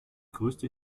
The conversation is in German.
größte